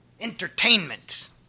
entertainment